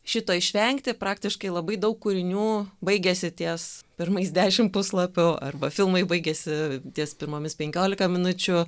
šito išvengti praktiškai labai daug kūrinių baigiasi ties pirmais dešimt puslapių arba filmai baigiasi ties pirmomis penkiolika minučių